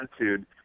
attitude